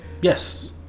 Yes